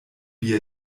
wie